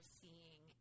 seeing